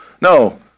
No